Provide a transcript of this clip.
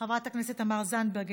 חברת הכנסת תמר זנדברג,